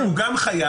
הוא גם חייב.